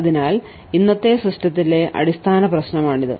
അതിനാൽ ഇന്നത്തെ സിസ്റ്റത്തിലെ അടിസ്ഥാന പ്രശ്നമാണിത്